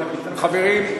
חברים,